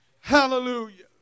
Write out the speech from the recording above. Hallelujah